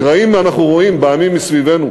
קרעים אנחנו רואים בעמים מסביבנו,